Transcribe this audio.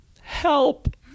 Help